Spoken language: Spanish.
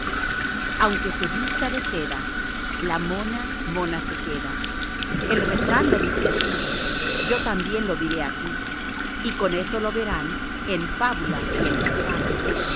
mona se queda el refrán lo dice así yo también lo diré aquí y con eso lo verán en fábula y en refrán